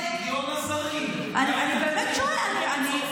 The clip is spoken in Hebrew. לגיון הזרים --- כמו בצרפת.